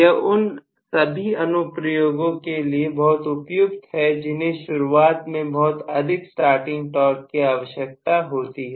यह उन अनुप्रयोगों के लिए बहुत उपयुक्त है जिन्हें शुरुआत में बहुत बड़े स्टार्टिंग टॉर्क की आवश्यकता होती है